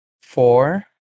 four